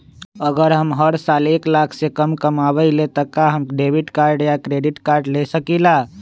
अगर हम हर साल एक लाख से कम कमावईले त का हम डेबिट कार्ड या क्रेडिट कार्ड ले सकीला?